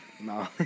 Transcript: No